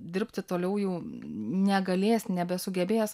dirbti toliau jau negalės nebesugebės